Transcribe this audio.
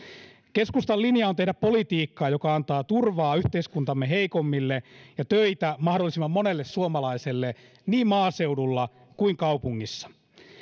keskustan linja on tehdä politiikkaa joka antaa turvaa yhteiskuntamme heikoimmille ja töitä mahdollisimman monelle suomalaiselle niin maaseudulla kuin kaupungissa